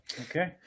Okay